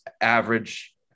average